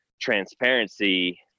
transparency